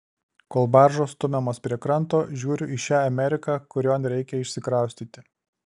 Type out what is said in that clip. kol baržos stumiamos prie kranto žiūriu į šią ameriką kurion reikia išsikraustyti